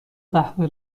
قهوه